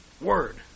Word